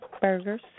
burgers